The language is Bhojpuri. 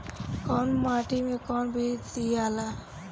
कौन माटी मे कौन बीज दियाला?